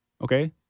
okay